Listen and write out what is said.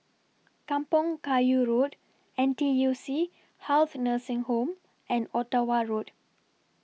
Kampong Kayu Road N T U C Health Nursing Home and Ottawa Road